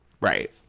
Right